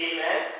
Amen